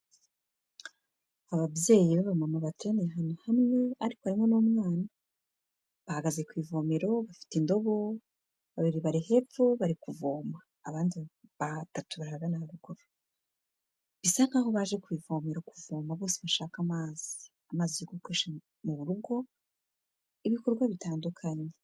Ababyeyi b'abamama bateraniye ahantu hamwe, ariko harimo n'umwana. Bahagaze ku ivomero bafite indobo, babiri bari hepfo bari kuvoma, abandi batatu bari ahagana haruguru. Bisa nkaho baje ku ivomero kuvoma bose bashaka amazi, amazi yo gukoresha mu rugo, ibikorwa bitandukanye.